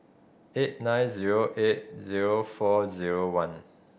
eight nine zero eight zero four zero one